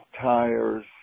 tires